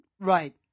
Right